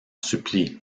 supplie